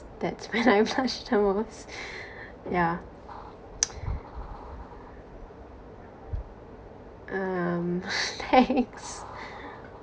that's when I blush the most ya um thanks